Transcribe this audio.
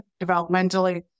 developmentally